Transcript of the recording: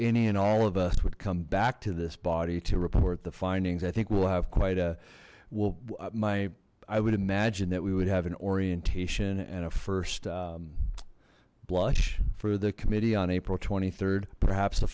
any and all of us would come back to this body to report the findings i think we'll have quite a well my i would imagine that we would have an orientation and a first blush for the committee on april rd perhaps